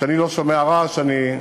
כשאני לא שומע רעש, מוטרד.